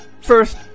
first